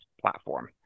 platform